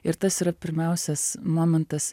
ir tas yra pirmiausias momentas